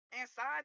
inside